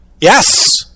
Yes